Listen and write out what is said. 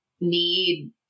need